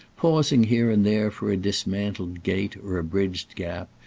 pausing here and there for a dismantled gate or a bridged gap,